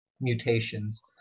mutations